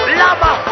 lava